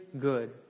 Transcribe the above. good